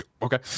Okay